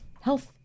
health